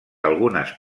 algunes